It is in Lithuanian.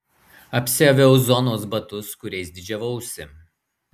apsiaviau zonos batus kuriais didžiavausi